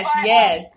yes